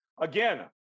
again